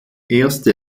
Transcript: erste